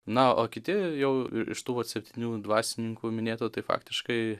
na o kiti jau iš tų vat septynių dvasininkų minėtų tai faktiškai